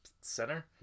center